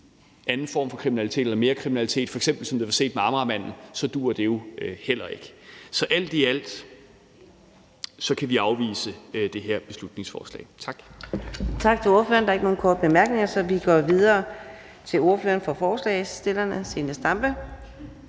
anden form for kriminalitet eller mere kriminalitet, f.eks. som det blev set med Amagermanden, så duer det jo heller ikke. Så alt i alt kan vi afvise det her beslutningsforslag. Tak.